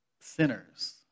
sinners